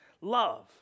Love